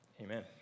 amen